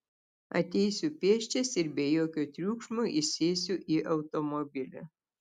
ateisiu pėsčias ir be jokio triukšmo įsėsiu į automobilį